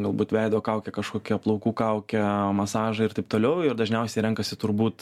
galbūt veido kaukė kažkokia plaukų kaukė masažai ir taip toliau ir dažniausiai renkasi turbūt